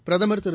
பிரதமர்திரு